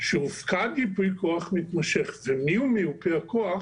שהופקד ייפוי כוח מתמשך ומיהו מיופה הכוח,